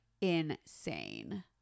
insane